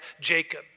Jacob